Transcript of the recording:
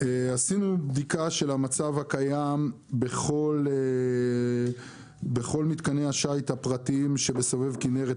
עשינו בדיקה של המצב הקיים בכל מתקני השיט הפרטיים שבסובב כנרת,